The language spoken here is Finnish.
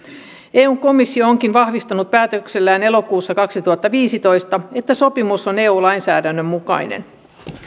eun komissio onkin vahvistanut päätöksellään elokuussa kaksituhattaviisitoista että sopimus on eu lainsäädännön mukainen